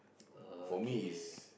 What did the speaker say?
okay